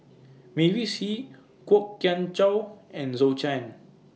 Mavis Hee Kwok Kian Chow and Zhou Can